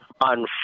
on